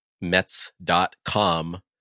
Mets.com